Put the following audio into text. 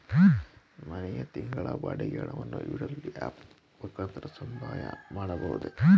ಮನೆಯ ತಿಂಗಳ ಬಾಡಿಗೆ ಹಣವನ್ನು ಯುಟಿಲಿಟಿ ಆಪ್ ಮುಖಾಂತರ ಸಂದಾಯ ಮಾಡಬಹುದೇ?